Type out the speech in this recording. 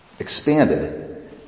Expanded